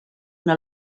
una